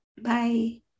bye